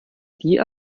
die